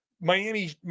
Miami –